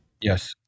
Yes